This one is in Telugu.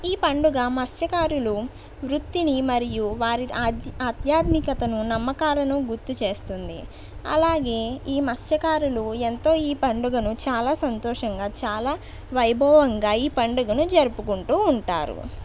ఈ పండుగ మత్స్య కార వృత్తిని మరియు వారి అద్యత్ ఆధ్యాత్మికతను నమ్మకాలను గుర్తు చేస్తుంది అలాగే ఈ మస్యకారులు ఎంతో ఈ పండుగను చాలా సంతోషంగా చాలా వైభవంగా ఈ పండుగను జరుపుకుంటూ ఉంటారు